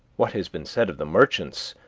what has been said of the merchants,